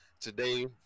today